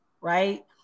Right